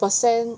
percent